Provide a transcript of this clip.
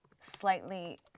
slightly